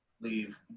leave